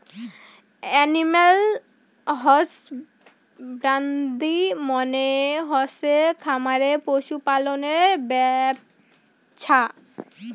animal husbandry মানে হসে খামারে পশু পালনের ব্যপছা